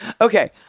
Okay